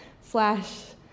slash